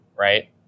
Right